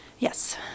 Yes